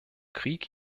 krieg